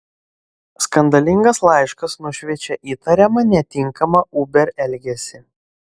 skandalingas laiškas nušviečia įtariamą netinkamą uber elgesį